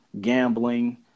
gambling